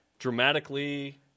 dramatically